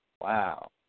Wow